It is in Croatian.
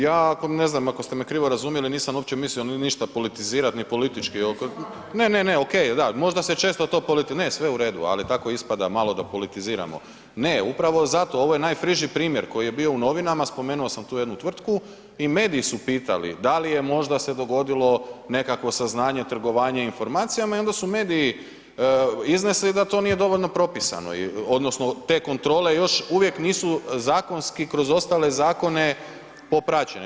Ja, ne znam ako ste me krivo razumjeli nisam uopće mislio ništa politizirat ni politički, [[Upadica: Nisam vama reko.]] ne ok je, da možda se često to, sve u redu, ali tako ispada, malo da politiziramo, ne upravo zato, ovo je najfriži primjer koji je bio u novinama, spomenuo sam tu jednu tvrtku i mediji su pitali da li je možda se dogodilo nekakvo saznanje, trgovanje informacijama i onda su mediji iznesli da to nije dovoljno propisano odnosno te kontrole još uvijek nisu zakonski kroz ostale zakone popraćene.